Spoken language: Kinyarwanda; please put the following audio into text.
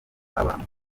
abantu